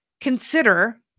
consider